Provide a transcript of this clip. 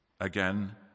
Again